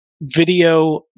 video